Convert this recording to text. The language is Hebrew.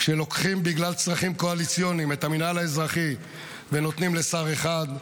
כשלוקחים בגלל צרכים קואליציוניים את המינהל האזרחי ונותנים לשר אחד,